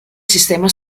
sistema